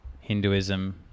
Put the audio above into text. Hinduism